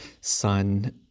son